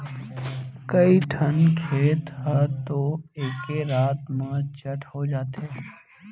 कइठन खेत ह तो एके रात म चट हो जाथे